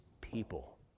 people